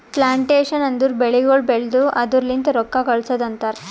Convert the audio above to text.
plantation ಅಂದುರ್ ಬೆಳಿಗೊಳ್ ಬೆಳ್ದು ಅದುರ್ ಲಿಂತ್ ರೊಕ್ಕ ಗಳಸದ್ ಅಂತರ್